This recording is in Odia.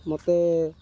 ମୋତେ